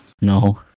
No